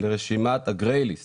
לרשימת ה-grey list .